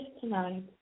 tonight